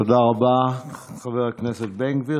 תודה רבה, חבר הכנסת בן גביר.